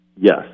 Yes